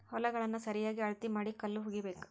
ಹೊಲಗಳನ್ನಾ ಸರಿಯಾಗಿ ಅಳತಿ ಮಾಡಿ ಕಲ್ಲುಗಳು ಹುಗಿಬೇಕು